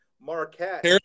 Marquette